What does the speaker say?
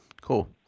Cool